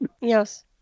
Yes